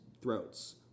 throats